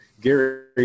Gary